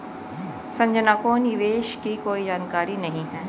संजना को निवेश की कोई जानकारी नहीं है